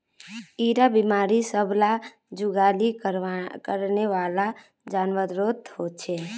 इरा बिमारी सब ला जुगाली करनेवाला जान्वारोत होचे